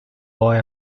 boy